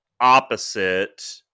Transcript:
opposite